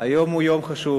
היום הוא יום חשוב.